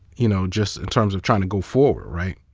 you know just in terms of trying to go forward?